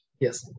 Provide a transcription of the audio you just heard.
Yes